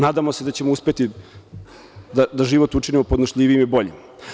Nadamo se da ćemo uspeti da život učinimo podnošljivijim i boljim.